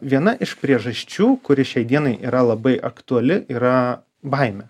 viena iš priežasčių kuri šiai dienai yra labai aktuali yra baimė